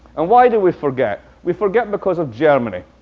and why do we forget? we forget because of germany,